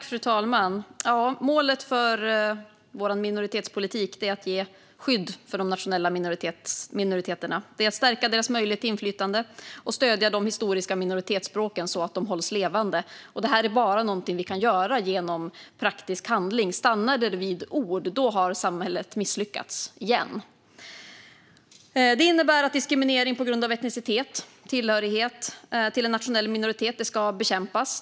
Fru talman! Målet för vår minoritetspolitik är att ge skydd för de nationella minoriteterna. Det är att stärka deras möjlighet till inflytande och stödja de historiska minoritetsspråken så att de hålls levande. Och det är bara någonting vi kan göra genom praktisk handling. Stannar det vid ord har samhället misslyckats igen. Det innebär att diskriminering på grund av etnicitet, tillhörighet till en nationell minoritet, ska bekämpas.